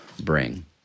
bring